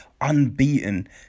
unbeaten